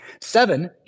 seven